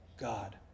God